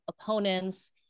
opponents